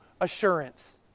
assurance